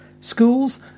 schools